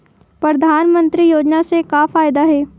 परधानमंतरी योजना से का फ़ायदा हे?